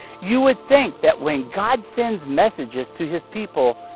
you would think that when god sends messages to his people,